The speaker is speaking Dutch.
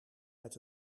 met